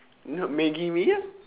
not maggi mee ah